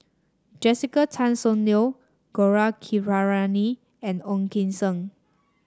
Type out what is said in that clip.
Jessica Tan Soon Neo Gaurav Kripalani and Ong Kim Seng